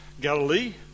Galilee